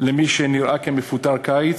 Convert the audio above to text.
למי שנראה כמפוטר קיץ,